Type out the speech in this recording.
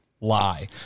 lie